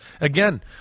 again